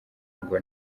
ngo